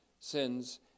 sins